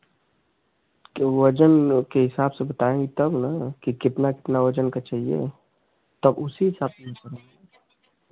के वजन के हिसाब से बताएँगी तब ना कि कितना कितना वज़न का चाहिए तब उसी हिसाब से हम बनाऍं